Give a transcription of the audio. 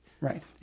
Right